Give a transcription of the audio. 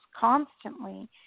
constantly